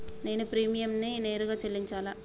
నేను ప్రీమియంని నేరుగా చెల్లించాలా?